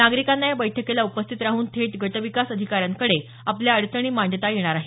नागरिकांना या बैठकीला उपस्थित राहून थेट गटविकास अधिकाऱ्यांकडे आपल्या अडचणी मांडता येणार आहेत